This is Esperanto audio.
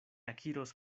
akiros